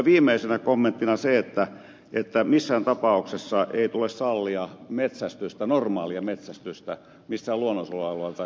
viimeisenä kommenttina se että missään tapauksessa ei tule sallia normaalia metsästystä missään luonnonsuojelualueella tai kansallispuistoissa